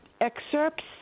Excerpts